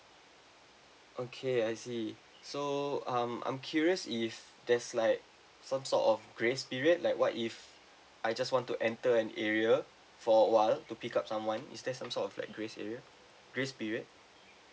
okay I see so um I'm curious if there's like some sort of grace period like what if I just want to enter an area for a while to pick up someone is there some sort of like grace area grace period